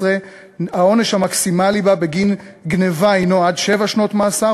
העונש המקסימלי בגין גנבה הִנו עד שבע שנות מאסר,